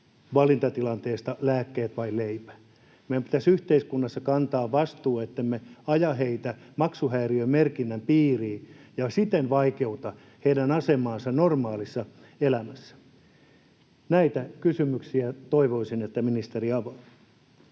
valintatilanteesta lääkkeet vai leipä. Meidän pitäisi yhteiskunnassa kantaa vastuu, ettemme aja heitä maksuhäiriömerkinnän piiriin ja siten vaikeuta heidän asemaansa normaalissa elämässä. Toivoisin, että ministeri avaa